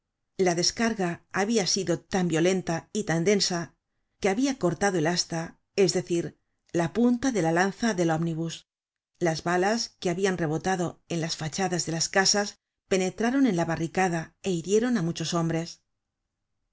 la descarga habia sido tan violenta y tan densa que habia cortado el asta es decir la punta de la lanza del omnibus las balas que habian rebotado en las fachadas de las casas penetraron en la barricada é hirieron á muchos hombres la